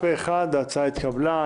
פה אחד, ההצעה התקבלה.